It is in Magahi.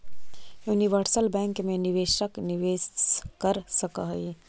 यूनिवर्सल बैंक मैं निवेशक निवेश कर सकऽ हइ